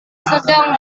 sedang